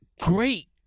great